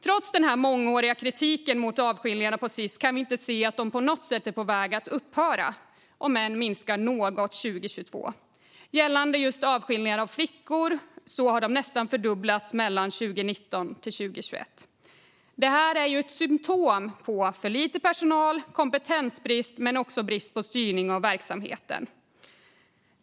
Trots den mångåriga kritiken mot avskiljningarna på Sis kan vi inte se att de på något sätt är på väg att upphöra, även om de minskade något 2022. Avskiljningar av flickor har nästan fördubblats mellan 2019 och 2021. Det här är ett symtom på för lite personal, kompetensbrist och även brist på styrning av verksamheten.